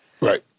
Right